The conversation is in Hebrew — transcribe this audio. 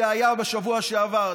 זה היה בשבוע שעבר,